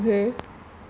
okay